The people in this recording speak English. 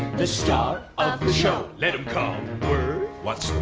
the star of the show! let him come word? what's